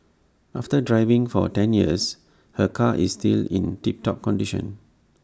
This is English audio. after driving for ten years her car is still in tip top condition